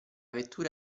vettura